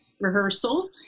rehearsal